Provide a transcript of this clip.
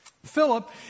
Philip